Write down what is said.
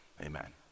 amen